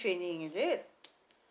training is it